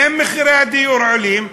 ואם מחירי הדיור עולים,